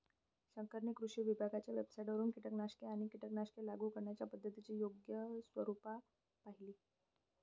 शंकरने कृषी विभागाच्या वेबसाइटवरून कीटकनाशके आणि कीटकनाशके लागू करण्याच्या पद्धतीची योग्य रूपरेषा पाहिली